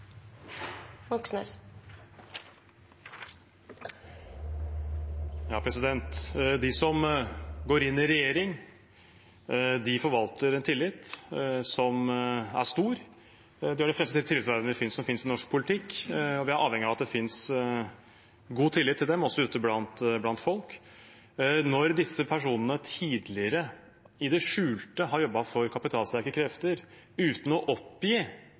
stor. Det er de fremste tillitsvervene som finnes i norsk politikk, og vi er avhengig av at det finnes stor tillit til dem, også ute blant folk. Når disse personene tidligere i det skjulte har jobbet for kapitalsterke krefter uten å oppgi